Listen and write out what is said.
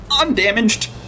undamaged